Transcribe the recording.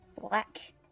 Black